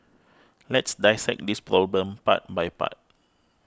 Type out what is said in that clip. let's dissect this problem part by part